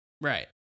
Right